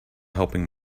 helping